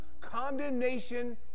condemnation